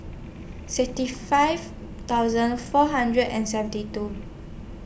sixty five thousand four hundred and seventy two